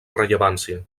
rellevància